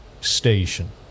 station